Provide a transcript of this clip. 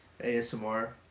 ASMR